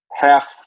half